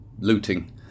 looting